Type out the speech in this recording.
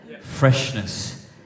freshness